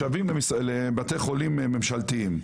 שווים לבתי החולים הממשלתיים.